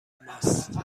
ماست